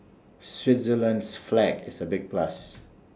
Switzerland's flag is A big plus